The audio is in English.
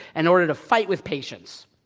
and order to fight with patients.